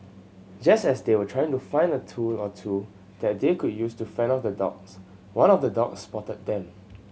just as they were trying to find a tool or two that they could use to fend off the dogs one of the dogs spotted them